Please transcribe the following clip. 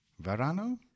Verano